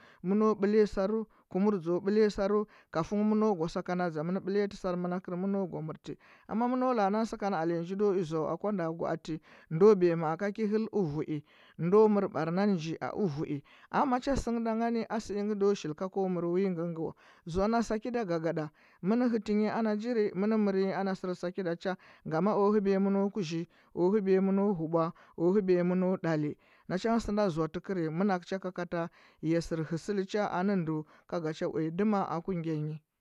Mɚno ɓelɚ saru kumur dȝea ɓelɚ sara kafam mɚnu go sakana dȝamɚn ɓɚlɚti sar mɚlarkɚr mɚ no gwa mɚr ti amma mɚ laa nan saka na alenji ndo i zoa wa wa nda gwaati ndo bɚya ma’a ka ki hel ɚvui ndo mɚr ɓar na nɚ nji ɚvui amma ma cha sɚngɚ da ngani a sɚ ingɚ ndo shili ka ko mɚr wi ngɚ zoa na sakida gagaɗa mɚn hɚtɚ nyi ana njiri mɚn mɚrɚ nyi ana sɚr sakida cha nga ma o hɚbiya mɚn neu kuzhi o hɚbiya mɚn neu hubu o hɚbiya mɚnu ɗali na cha ngɚ sɚ na zoa tɚkɚri mɚnakɚu cha kakata ya sɚr hɚ sɚli cha a nɚ ndu ka ga cha uya dima aku gya nyi